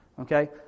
Okay